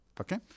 okay